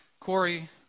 Corey